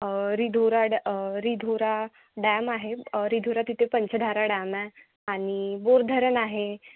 Ridhora dam Ridhora dam आहे रिधोरा तिथे Panchdhara dam आहे आणि बोरधरण आहे